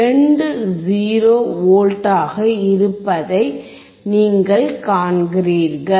20 V ஆக இருப்பதை நீங்கள் காண்கிறீர்கள்